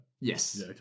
Yes